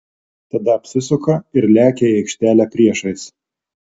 tada apsisuka ir lekia į aikštelę priešais